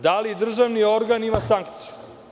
Da li državni organ ima sankciju?